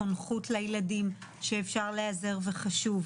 חונכות לילדים שאפשר להיעזר וחשוב,